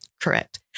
Correct